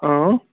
اۭں